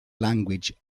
language